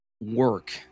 work